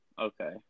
Okay